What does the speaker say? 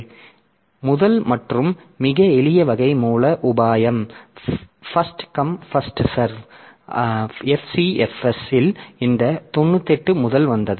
எனவே முதல் மற்றும் மிக எளிய வகை மூல உபாயம் first come first serve FCFS இல் இந்த 98 முதல் வந்தது